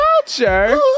culture